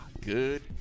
Good